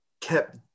kept